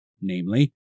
namely